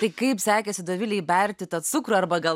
tai kaip sekėsi dovilei berti cukrų arba gal